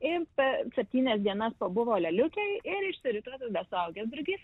ir per septynias dienas pabuvo lėliukėj ir išsirito tuomet suaugęs drugys